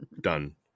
Done